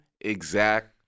exact